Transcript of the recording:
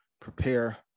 prepare